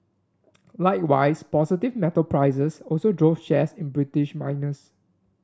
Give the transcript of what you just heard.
likewise positive metals prices also drove shares in British miners